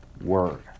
word